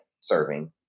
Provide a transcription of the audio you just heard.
serving